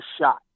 shot